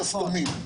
הוא פותח שסתומים.